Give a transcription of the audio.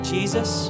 Jesus